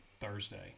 Thursday